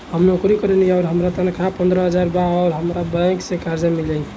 हम नौकरी करेनी आउर हमार तनख़ाह पंद्रह हज़ार बा और हमरा बैंक से कर्जा मिल जायी?